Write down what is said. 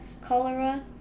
cholera